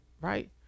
right